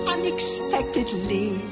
Unexpectedly